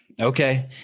Okay